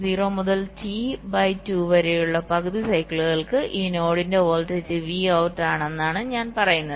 0 മുതൽ Tബൈ 2 വരെയുള്ള പകുതി സൈക്കിളുകൾക്ക് ഈ നോഡിന്റെ വോൾട്ടേജ് Vout ആണെന്നാണ് ഞാൻ പറയുന്നത്